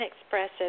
expressive